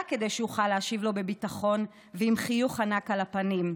רק כדי שאוכל להשיב לו בביטחון ועם חיוך ענק על הפנים: